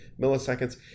milliseconds